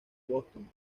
boston